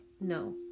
no